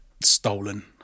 stolen